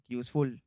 useful